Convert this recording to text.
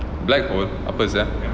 black hole apa sia